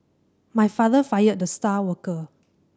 my father fired the star worker